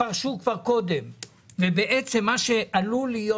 שפרשו כבר קודם ובעצם מה שעלול להיות